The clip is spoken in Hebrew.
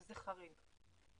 וזה חריג.